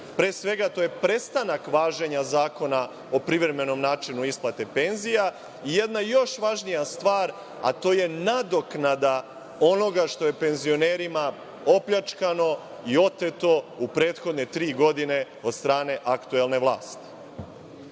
pre svega, to je prestanak važenja Zakona o privremenom načinu isplate penzija i jedna još važnija stvar, a to je nadoknada onoga što je penzionerima opljačkano i oteto u prethodne tri godine od strane aktuelne vlasti. Zaista